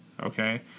Okay